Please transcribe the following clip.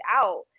out